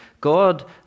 God